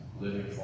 living